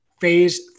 phase